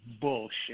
bullshit